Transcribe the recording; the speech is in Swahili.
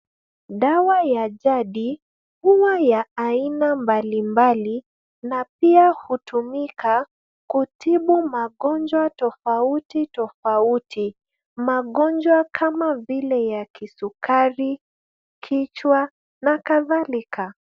Dawa ya jadi huwa ya aina mbalimbali na pia hutumika kutibu magonjwa tofauti tofauti. Magonjwa kama vile ya kisukari, kichwa na kadhalika.